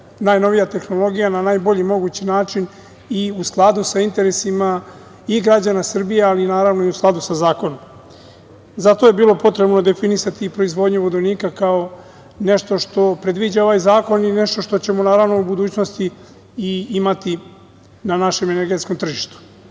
najnovija tehnologija na najbolji mogući način i u skladu sa interesima i građana Srbije, ali naravno i u skladu sa zakonom. Zato je bilo potrebno definisati proizvodnju vodonika kao nešto predviđa ovaj zakon i nešto što ćemo naravno u budućnosti i imati na našem energetskom tržištu. Hteo